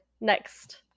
next